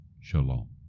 Shalom